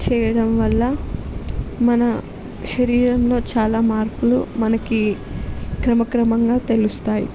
చేయడం వల్ల మన శరీరంలో చాలా మార్పులు మనకి క్రమక్రమంగా తెలుస్తాయి